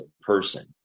person